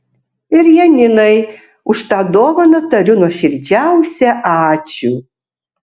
ir janinai už tą dovaną tariu nuoširdžiausią ačiū